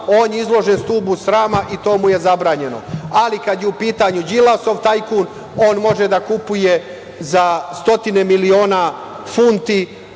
je izložen stubu srama i to mu je zabranjeno. Kada je u pitanju Đilasov tajkun, on može da kupuje za stotine miliona funti